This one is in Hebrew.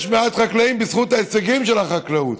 יש מעט חקלאים, בזכות ההישגים של החקלאות.